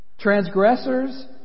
Transgressors